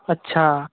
अच्छा